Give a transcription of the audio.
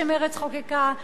שמרצ חוקקה,